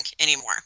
anymore